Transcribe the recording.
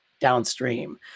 downstream